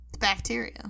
bacteria